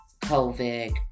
COVID